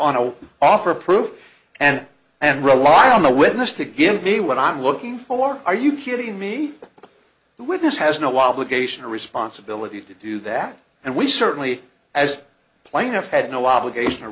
no offer proof and and rely on the witness to give me what i'm looking for are you kidding me the witness has no obligation responsibility to do that and we certainly as plaintiff had no obligation a